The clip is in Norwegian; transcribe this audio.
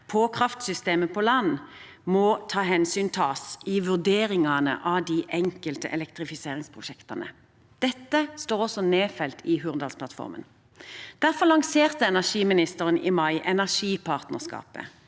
på kraftsystemet på land må tas hensyn til i vurderingene av de enkelte elektrifiseringsprosjektene. Dette står også nedfelt i Hurdalsplattformen. Derfor lanserte energiministeren i mai energipartnerskapet,